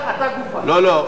לא לא לא,